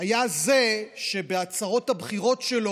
היה זה שבהצהרות הבחירות שלו,